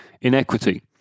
inequity